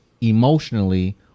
emotionally